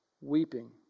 weeping